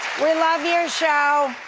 we love your show,